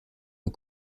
aux